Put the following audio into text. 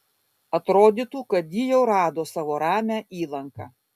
atrodytų kad ji jau rado savo ramią įlanką